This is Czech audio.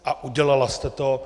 A udělala jste to.